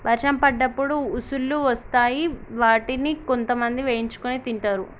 వర్షం పడ్డప్పుడు ఉసుల్లు వస్తాయ్ వాటిని కొంతమంది వేయించుకొని తింటరు